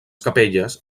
capelles